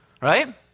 right